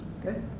Good